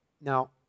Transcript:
Now